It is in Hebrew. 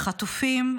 לחטופים,